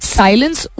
silence